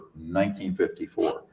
1954